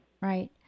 Right